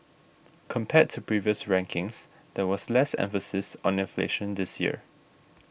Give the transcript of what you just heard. compared to previous rankings there was less emphasis on inflation this year